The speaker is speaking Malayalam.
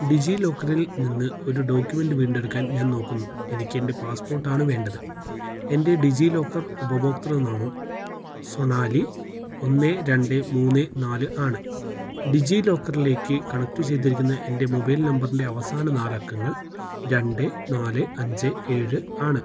ഡിജീലോക്കറിൽ നിന്നൊരു ഡോക്യുമെൻറ്റ് വീണ്ടെടുക്കാൻ ഞാൻ നോക്കുന്നു എനിക്കെൻറ്റെ പാസ്പ്പോട്ടാണ് വേണ്ടത് എൻറ്റെ ഡിജീലോക്കർ ഉപഭോക്തൃനാമം സൊണാലി ഒന്ന് രണ്ട് മൂന്ന് നാലാണ് ഡിജിലോക്കറിലേക്ക് കണക്റ്റ് ചെയ്തിരിക്കുന്ന എൻറ്റെ മൊബൈൽ നമ്പറിന്റെ അവസാന നാലക്കങ്ങൾ രണ്ട് നാല് അഞ്ച് ഏഴാണ്